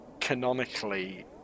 canonically